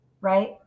right